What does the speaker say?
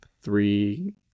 three